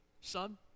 son